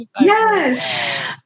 Yes